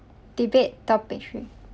debate topic three